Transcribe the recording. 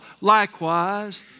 likewise